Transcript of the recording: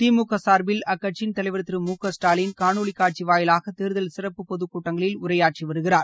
திமுக சார்பில் அக்கட்சியின் தலைவர் திரு மு க ஸ்டாலின் காணொலி காட்சி வாயிலாக தேர்தல் சிறப்புப் பொதுக்கூட்டங்களில் உரையாற்றி வருகிறார்